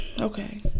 Okay